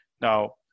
Now